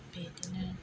बिदिनो